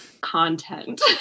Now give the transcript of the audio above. content